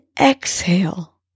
exhale